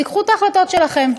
תיקחו את ההחלטות שלכם.